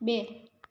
બે